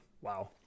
wow